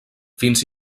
fins